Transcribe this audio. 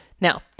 Now